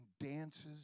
dances